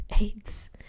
AIDS